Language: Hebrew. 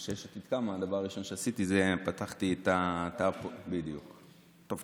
וכשיש עתיד קמה הדבר הראשון שעשיתי זה פתחתי את התא הפוליטי טוב,